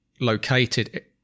located